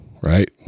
right